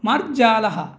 मार्जालः